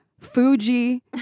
Fuji